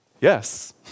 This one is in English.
Yes